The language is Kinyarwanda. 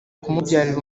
kumubyarira